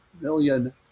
million